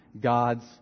God's